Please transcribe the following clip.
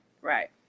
Right